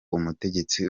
umutegetsi